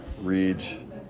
read